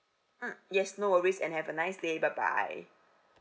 mm yes no worries and have a nice day bye bye